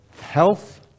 health